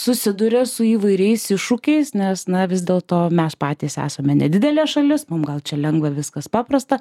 susiduria su įvairiais iššūkiais nes na vis dėlto mes patys esame nedidelė šalis mum gal čia lengva viskas paprasta